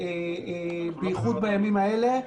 במיוחד בימים האלה.